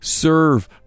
Serve